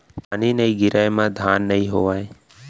पानी नइ गिरय म धान नइ होवय